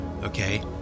okay